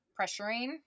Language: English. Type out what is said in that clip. pressuring